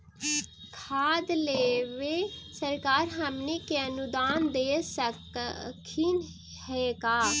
खाद लेबे सरकार हमनी के अनुदान दे सकखिन हे का?